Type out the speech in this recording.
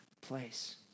place